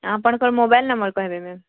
ଆପଣ୍ଙ୍କର୍ mobile number କହେବେ ma'am